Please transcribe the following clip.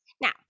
Now